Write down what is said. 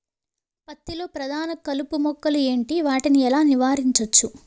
పత్తి లో ప్రధాన కలుపు మొక్కలు ఎంటి? వాటిని ఎలా నీవారించచ్చు?